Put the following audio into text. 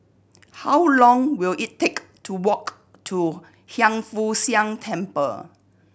how long will it take to walk to Hiang Foo Siang Temple